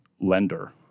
lender